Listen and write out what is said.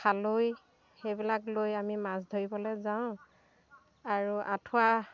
খালৈ সেইবিলাক লৈ আমি মাছ ধৰিবলৈ যাওঁ আৰু আঠুৱা